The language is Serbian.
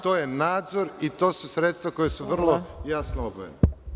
To je nadzor i to su sredstva koja su vrlo jasno odvojena.